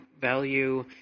value